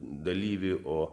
dalyvį o